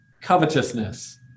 covetousness